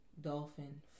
Dolphin